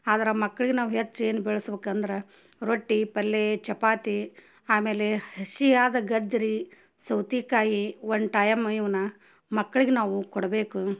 ಆದ್ರೆ ಮಕ್ಳಿಗೆ ನಾವು ಹೆಚ್ಚು ಏನು ಬೆಳೆಸ್ಬೇಕು ಅಂದ್ರೆ ರೊಟ್ಟಿ ಪಲ್ಯ ಚಪಾತಿ ಆಮೇಲೆ ಹಸಿಯಾದ ಗಜ್ಜರಿ ಸೌತೆಕಾಯಿ ಒನ್ ಟಾಯಮ್ ಇವನ್ನ ಮಕ್ಳಿಗೆ ನಾವು ಕೊಡ್ಬೇಕು